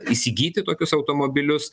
įsigyti tokius automobilius